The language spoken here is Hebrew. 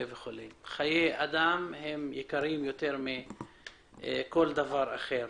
חיי אדם יקרים יותר מכל דבר אחר.